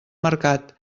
mercat